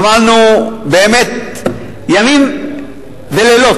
עמלנו באמת ימים ולילות,